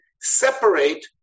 separate